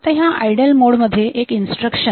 ह्या idle mode मध्ये एक इन्स्ट्रक्शन PCON